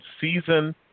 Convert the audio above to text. season